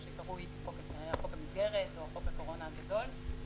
מה שקרוי "חוק המסגרת" או "חוק הקורונה הגדול".